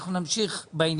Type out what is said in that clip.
נמצא בתפקיד